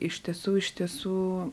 iš tiesų iš tiesų